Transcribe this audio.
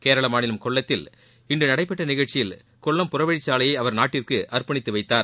கேரள மாநிலம் கொல்லத்தில் இன்று நடைபெற்ற நிகழ்ச்சியில் கொல்லம் டறவழி சாலையை அவர் நாட்டிற்கு அரப்பணித்து வைத்தார்